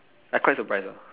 I quite surprised ah